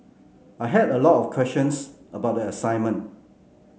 I had a lot of questions about their assignment